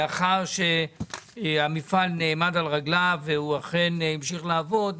לאחר שהמפעל נעמד על רגליו והמשיך לעבוד,